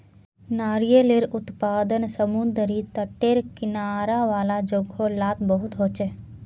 नारियालेर उत्पादन समुद्री तटेर किनारा वाला जोगो लात बहुत होचे